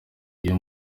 iyo